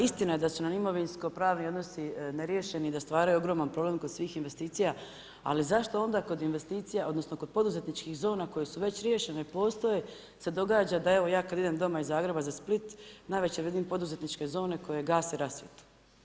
Istina je da su nam imovinsko pravni odnosi neriješeni i da stvarju ogroman problem kod svih investicija, ali zašto onda kod investicija, odnosno kod poduzetničkih zona koje su već riješene, postoje, se događa da evo, ja kad idem doma iz Zagreba za Split navečer vidim poduzetničke zone koje gase rasvjetu?